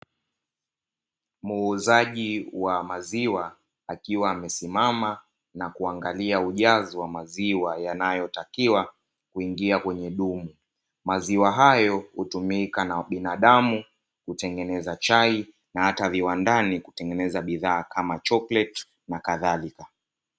Muuzaji wa maziwa akiwa amesimama na kuangalia ujazo wa maziwa yanayotakiwa kuingia kwenye dumu, maziwa hayo hutumika na binadamu kutengeneza chai na hata viwandani kutengeneza bidhaa kama chokoleti na kadhalika.